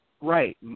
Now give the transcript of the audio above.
Right